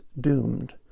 doomed